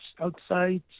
outside